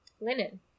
linen